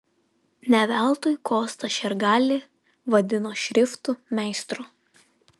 ne veltui kostą šergalį vadino šriftų meistru